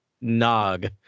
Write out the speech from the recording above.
nog